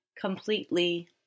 completely